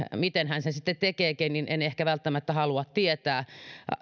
miten hän sen sitten tekeekin niin en ehkä välttämättä halua tietää